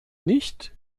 nicht